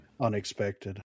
unexpected